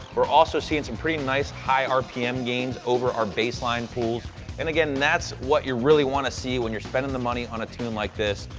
we're also seeing some pretty nice, high rpm gains over our baseline pools. and again, that's what you really want to see when you're spending the money on a tune like this.